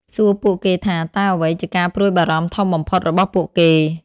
សួរពួកគេថា តើអ្វីជាការព្រួយបារម្ភធំបំផុតរបស់ពួកគេ?